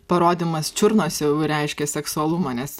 parodymas čiurnose jau reiškia seksualumą nes